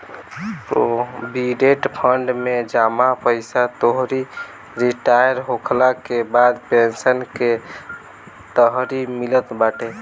provident fund में जमा पईसा तोहरी रिटायर होखला के बाद पेंशन के तरही मिलत बाटे